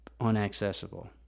unaccessible